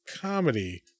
comedy